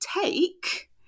take